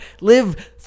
live